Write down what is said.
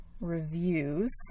Reviews